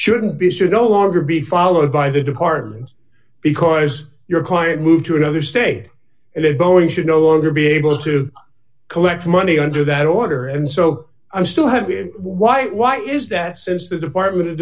shouldn't be should own longer be followed by the department because your client moved to another state and that boeing should no longer be able to collect money under that order and so i'm still having why why is that since the department of